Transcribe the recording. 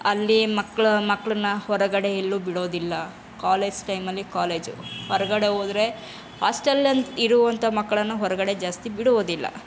ಅಲ್ಲಿ ಮಕ್ಳು ಮಕ್ಕಳನ್ನು ಹೊರಗಡೆ ಎಲ್ಲೂ ಬಿಡೋದಿಲ್ಲ ಕಾಲೇಜ್ ಟೈಮಲ್ಲಿ ಕಾಲೇಜ್ ಹೊರ್ಗಡೆ ಹೋದ್ರೆ ಆಸ್ಟಲ್ ಅಲ್ಲಿ ಇರುವಂಥ ಮಕ್ಕಳನ್ನು ಹೊರಗಡೆ ಜಾಸ್ತಿ ಬಿಡುವುದಿಲ್ಲ